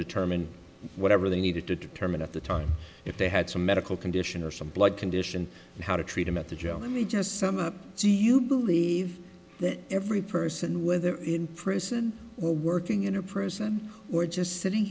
determine whatever they needed to determine at the time if they had some medical condition or some blood condition and how to treat them at the job let me just sum up do you believe that every person whether in prison or working in a prison or just sitting